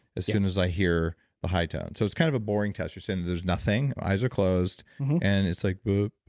as soon as i hear the high tone. so it's kind of a boring test. you're saying that there's nothing. eyes are closed and it's like blup,